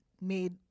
made